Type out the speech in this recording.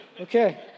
Okay